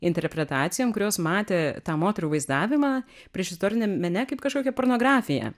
interpretacijom kurios matė tą moterų vaizdavimą priešistoriniam mene kaip kažkokią pornografiją